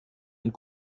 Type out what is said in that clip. und